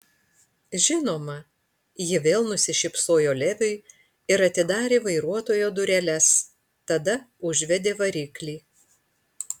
žinoma ji vėl nusišypsojo leviui ir atidarė vairuotojo dureles tada užvedė variklį